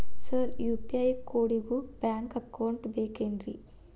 Sir UPI ಕೋಡಿಗೂ bank account ಬೇಕೆನ್ರಿ?